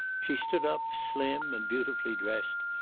she stood up, slim and beautifully dressed,